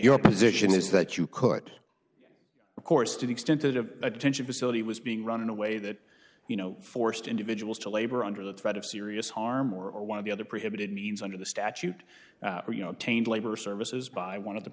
your position is that you could of course to the extent that a detention facility was being run in a way that you know forced individuals to labor under the threat of serious harm or or one of the other prohibited means under the statute or you know taint labor services by one of the